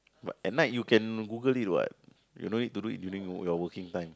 but at night you can Google it what you don't need to do it during your working time